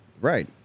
Right